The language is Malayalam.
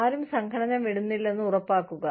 ആരും സംഘടന വിടുന്നില്ലെന്ന് ഉറപ്പാക്കുക